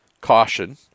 caution